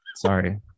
Sorry